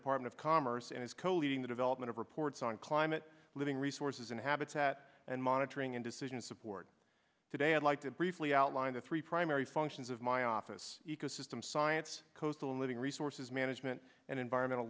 department of commerce and its co leading the development of reports on climate living resources and habitat and monitoring in decision support today i'd like to briefly outline the three primary functions of my office ecosystem science coastal living resources management and environmental